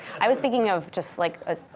i was thinking of just like ah